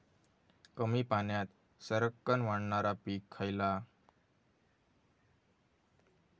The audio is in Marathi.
कमी पाण्यात सरक्कन वाढणारा पीक खयला?